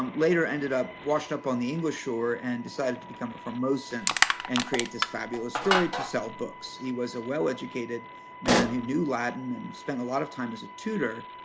um later ended up washed up on the english shore and decided to become a formosan and create this fabulous story to sell books. he was a well-educated man who knew latin and spent a lot of time as a tutor.